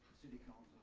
city council